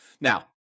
Now